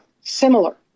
similar